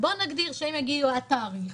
בואו נגדיר שהם יגיעו עד תאריך,